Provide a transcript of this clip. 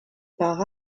par